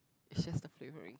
it's just the flavouring